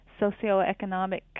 socioeconomic